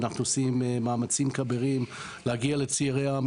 אנחנו עושים מאמצים כבירים להגיע לצעירי העם